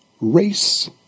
race